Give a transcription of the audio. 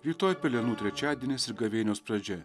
rytoj pelenų trečiadienis ir gavėnios pradžia